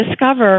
discover